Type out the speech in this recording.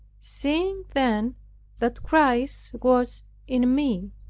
seeing then that christ was in me.